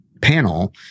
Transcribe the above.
panel